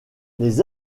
les